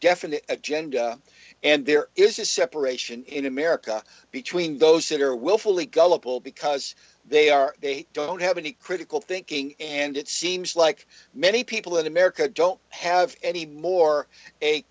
definite agenda and there is a separation in america between those that are willfully gullible because they are they don't have any critical thinking and it seems like many people in america don't have anymore a